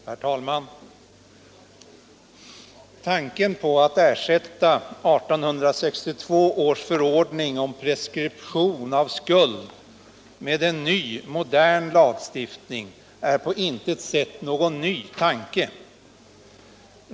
Herr talman! Tanken på att ersätta 1862 års förordning om preskription av skuld med en ny modern lagstiftning är på intet sätt någon ny tanke.